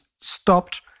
Stopped